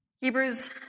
Hebrews